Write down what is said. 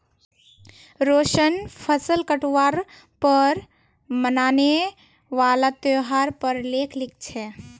रोशन फसल काटवार पर मनाने वाला त्योहार पर लेख लिखे छे